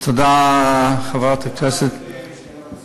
תודה, חברת הכנסת, גם אני רוצה לשאול.